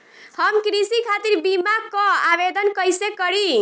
हम कृषि खातिर बीमा क आवेदन कइसे करि?